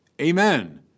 Amen